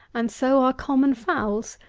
and so are common fowls.